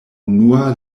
unua